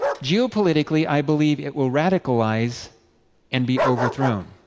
geopolitically, i believe it will radicalize and be overthrown.